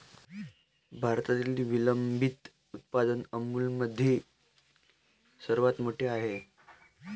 भारतातील विलंबित उत्पादन अमूलमधील सर्वात मोठे आहे